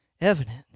evident